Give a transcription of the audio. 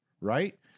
right